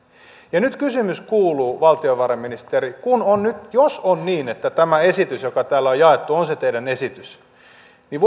ja nyt kysymys kuuluu valtiovarainministeri jos on niin että tämä esitys joka täällä on jaettu on se teidän esityksenne niin